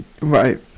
Right